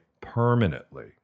permanently